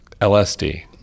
LSD